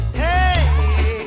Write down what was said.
hey